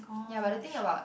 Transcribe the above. ya but the thing about